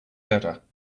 better